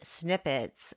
snippets